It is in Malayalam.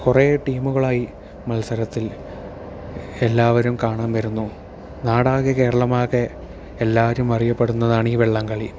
കുറേ ടീമുകളായി മത്സരത്തിൽ എല്ലാവരും കാണാൻ വരുന്നു നാടാകെ കേരളമാകെ എല്ലാവരും അറിയപെടുന്നതാണീ വള്ളംകളി